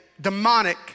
demonic